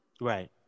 right